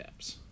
apps